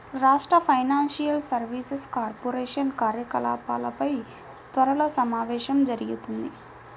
రాష్ట్ర financial services corporation కార్యకలాపాలపై త్వరలో సమావేశం జరుగుతుంది